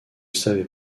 savait